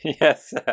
Yes